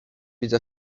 widzę